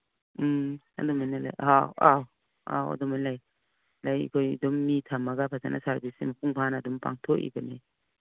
ꯎꯝ ꯑꯗꯨꯃꯥꯏꯅ ꯑꯧ ꯑꯧ ꯑꯧ ꯑꯗꯨꯃꯥꯏ ꯂꯩ ꯂꯩ ꯑꯩꯈꯣꯏ ꯑꯗꯨꯝ ꯃꯤ ꯊꯝꯃꯒ ꯐꯖꯅ ꯁꯥꯔꯚꯤꯁꯁꯤ ꯃꯄꯨꯡ ꯐꯥꯅ ꯑꯗꯨꯝ ꯄꯥꯡꯊꯣꯛꯏꯕꯅꯤ